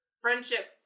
friendship